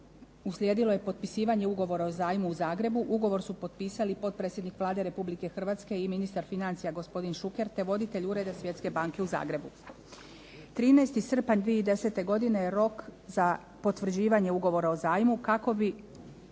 uslijedilo je potpisivanje ugovora o zajmu u Zagrebu. Ugovor su potpisali potpredsjednik Vlade Republike Hrvatske i ministar financija gospodin Šuker, te voditelj Ureda Svjetske banke u Zagrebu. 13. srpanj 2010. je rok za potvrđivanje ugovora o zajmu kako bi